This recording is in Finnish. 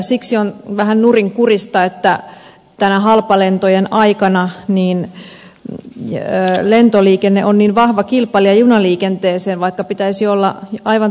siksi on vähän nurinkurista että tänä halpalentojen aikana lentoliikenne on niin vahva kilpailija junaliikenteelle vaikka pitäisi olla aivan toisinpäin